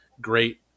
great